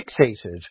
fixated